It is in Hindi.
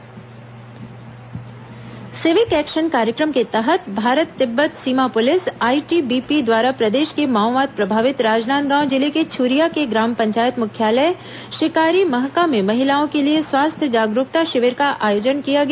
आईटीबीपी स्वास्थ्य शिविर सिविक एक्शन कार्यक्रम के तहत भारत तिब्बत सीमा पुलिस आईटीबीपी द्वारा प्रदेश के माओवाद प्रभावित राजनांदगांव जिले के छुरिया के ग्राम पंचायत मुख्यालय शिकारीमहका में महिलाओं के लिए स्वास्थ्य जागरूकता शिविर का आयोजन किया गया